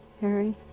Harry